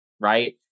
right